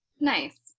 Nice